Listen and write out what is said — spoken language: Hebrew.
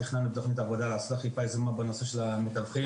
תכננו בתוכנית עבודה לעשות אכיפה יזומה בנושא של המתווכים.